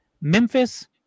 Memphis